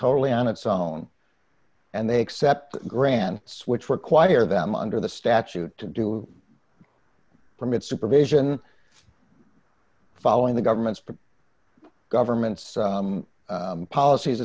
totally on its own and they accept grant switch require them under the statute to do permit supervision following the government's but government's policies